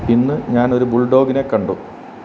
ഇന്ന് ഞാനൊരു ബുൾ ഡോഗിനെ കണ്ടു